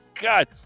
God